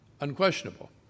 unquestionable